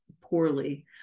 poorly